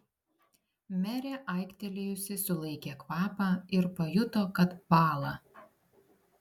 merė aiktelėjusi sulaikė kvapą ir pajuto kad bąla